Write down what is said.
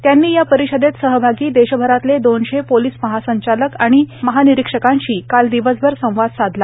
त्यांनी या परिषदेत सहभागी देशभरातले दोनशे पोलिस महासंचालक आणि महानिरीक्षकांशी काल दिवसभर संवाद साधला